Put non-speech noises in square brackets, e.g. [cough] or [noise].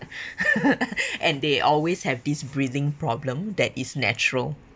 [breath] [laughs] and they always have this breathing problem that is natural